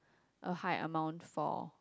a high amount for